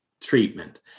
treatment